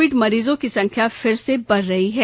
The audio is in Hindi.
कोविड मरीजों की संख्या फिर से बढ़ रही है